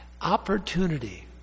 Opportunity